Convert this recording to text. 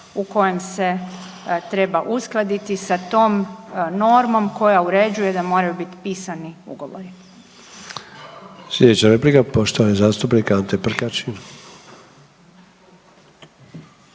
u kojem se treba uskladiti sa tom normom koja uređuje da moraju biti pisani ugovori.